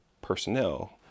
personnel